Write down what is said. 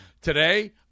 today